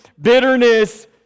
bitterness